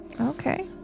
Okay